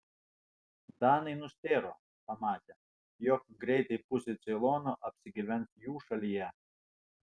danai nustėro pamatę jog greitai pusė ceilono apsigyvens jų šalyje